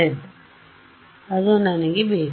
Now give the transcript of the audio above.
ಆದ್ದರಿಂದ ಅದು ನನಗೆ ಬೇಕು